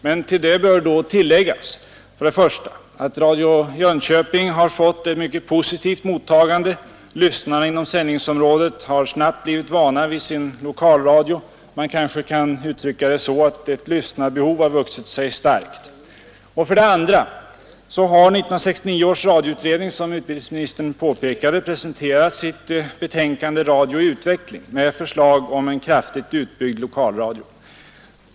Men då bör man till detta också lägga för det första att Radio Jönköping har fått ett mycket positivt mottagande. Lyssnarna inom sändningsområdet har snabbt blivit vana vid sin lokalradio. Man kanske kan uttrycka det så att ett lyssnarbehov har vuxit sig starkt. För det andra har 1969 års radioutredning, som utbildningsministern påpekade, presenterat sitt betänkande ”Radio i utveckling” med förslag om en kraftigt utbyggd lokalradio.